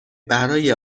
برای